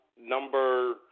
number